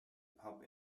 pub